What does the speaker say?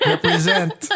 Represent